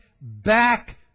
back